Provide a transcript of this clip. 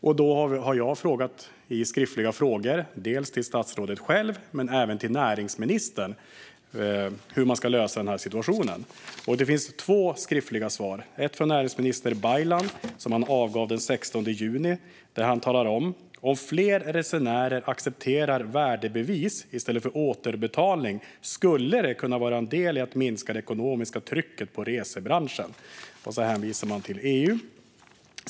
Jag har ställt skriftliga frågor till statsrådet själv men även till näringsministern om hur man ska lösa situationen. Det finns två skriftliga svar, ett från näringsminister Baylan, som avgavs den 16 juni. Där talar han om att "om fler resenärer accepterar värdebevis i stället för återbetalning skulle det kunna vara en del i att minska det ekonomiska trycket på resebranschen". Sedan hänvisas till EU.